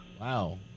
Wow